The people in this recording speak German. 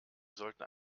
sollten